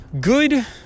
good